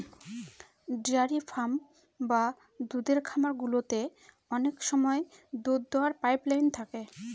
dairy farm বা দুধের খামার গুলোতে অনেক সময় দুধ দোওয়ার পাইপ লাইন থাকে